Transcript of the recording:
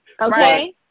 okay